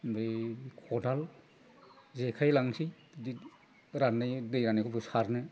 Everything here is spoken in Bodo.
बै खदाल जेखाइ लांसै बिदि राननाय दै राननायखौबो सारनो